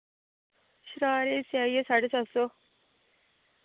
शरारे दी सेआई ऐ साढे सत्त सौ